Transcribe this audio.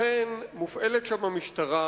לכן מופעלת המשטרה,